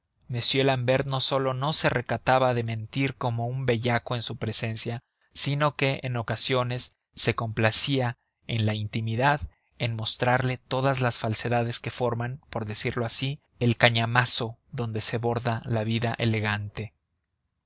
m l'ambert no sólo no se recataba de mentir como un bellaco en su presencia sino que en ocasiones se complacía en la intimidad en mostrarle todas las falsedades que forman por decirlo así el cañamazo donde se borda la vida elegante